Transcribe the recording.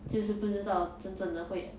就是不知道真正的会